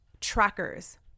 trackers